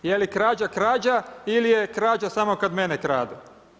Pa je li krađa krađa, ili je krađa samo kad mene kradu?